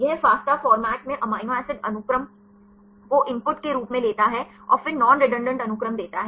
यह फास्टो प्रारूप में अमीनो एसिड अनुक्रम को इनपुट के रूप में लेता है और फिर नॉन रेडंडान्त अनुक्रम देता है